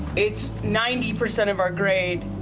it's ninety percent of our grade.